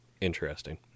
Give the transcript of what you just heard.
interesting